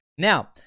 Now